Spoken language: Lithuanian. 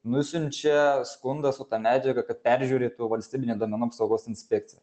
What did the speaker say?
nusiunčia skundą su ta medžiaga kad peržiūrėtų valstybinė duomenų apsaugos inspekcija